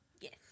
Yes